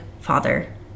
father